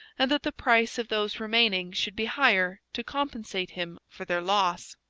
and that the price of those remaining should be higher to compensate him for their loss.